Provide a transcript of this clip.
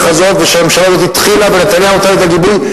הזאת ושהממשלה הזאת התחילה ונתניהו נתן את הגיבוי,